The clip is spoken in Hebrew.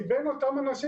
מבין אותם אנשים,